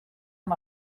amb